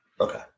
Okay